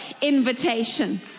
invitation